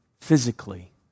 physically